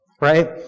Right